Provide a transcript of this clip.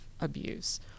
abuse